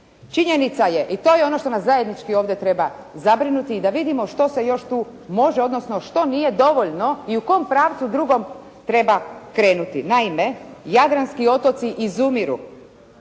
Činjenica je i to je ono što nas zajednički ovdje treba zabrinuti i da vidimo što se još tu može odnosno što nije dovoljno i u kom pravcu drugom treba krenuti. Naime jadranski otoci izumiru.